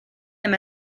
him